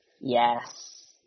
Yes